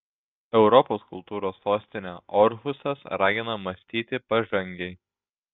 europos kultūros sostinė orhusas ragina mąstyti pažangiai